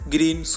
Green